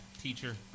teacher